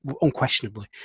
unquestionably